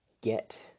get